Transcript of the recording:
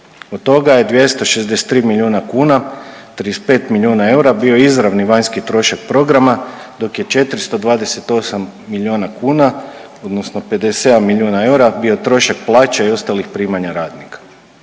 Od toga je 263 milijuna kuna, 35 milijuna eura bio izravni vanjski trošak programa, dok je 428 milijuna kuna odnosno 57 milijuna eura bio trošak plaća i ostalih primanja radnika.